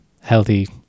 healthy